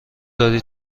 داری